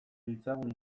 ditzagun